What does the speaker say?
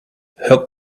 help